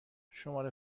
شماره